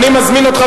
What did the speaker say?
אני מזמין אותך,